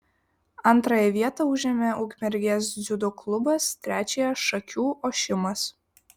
antrąją vietą užėmė ukmergės dziudo klubas trečiąją šakių ošimas